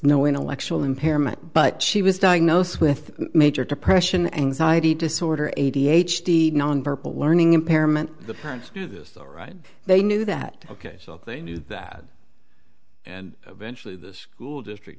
no intellectual impairment but she was diagnosed with major depression anxiety disorder a d h non verbal learning impairment the parents do this all right they knew that ok so they knew that and eventually the school district